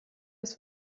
ist